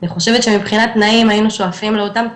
אני חושבת שמבחינת תנאים היינו שואפים לאותם תנאים,